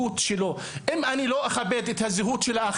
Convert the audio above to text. כי אם אני לא אכבד את זהות והנרטיב